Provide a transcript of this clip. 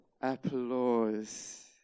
applause